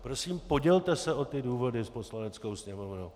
Prosím, podělte se o ty důvody s Poslaneckou sněmovnou.